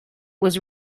was